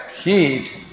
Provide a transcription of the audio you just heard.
heat